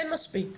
אין מספיק,